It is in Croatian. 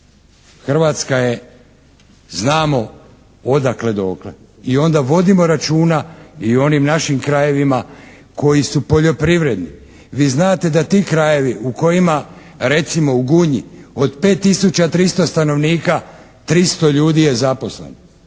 Hrvatska je znamo odakle dokle i onda vodimo računa i o onim našim krajevima koji su poljoprivredni. Vi znate da ti krajevi u kojima recimo u Gunji, od 5 tisuća 300 stanovnika 300 ljudi je zaposleno.